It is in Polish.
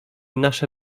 nasze